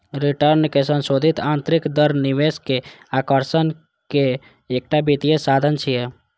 रिटर्नक संशोधित आंतरिक दर निवेश के आकर्षणक एकटा वित्तीय साधन छियै